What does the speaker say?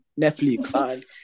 Netflix